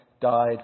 died